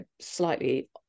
slightly